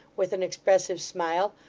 with an expressive smile,